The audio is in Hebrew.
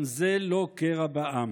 גם זה לא קרע בעם.